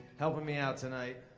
helping me out tonight.